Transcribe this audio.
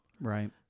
right